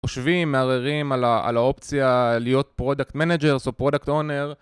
חושבים מהרהרים על האופציה להיות פרודקט מנג'רס או פרודקט אונר